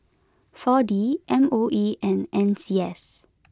four D M O E and N C S